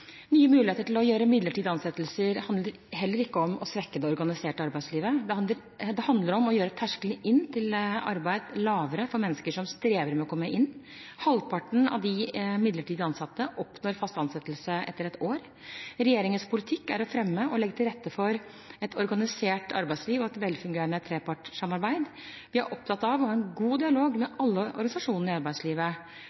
Nye muligheter til å gjøre midlertidige ansettelser handler ikke om å svekke det organiserte arbeidslivet. Det handler om å gjøre terskelen inn til arbeid lavere for mennesker som strever med å komme inn. Halvparten av de midlertidig ansatte oppnår fast ansettelse etter et år. Regjeringens politikk er å fremme og legge til rette for et organisert arbeidsliv og et velfungerende trepartssamarbeid. Vi er opptatt av å ha en god dialog med